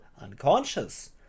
unconscious